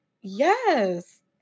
Yes